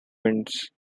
winds